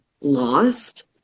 lost